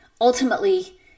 ultimately